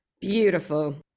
Beautiful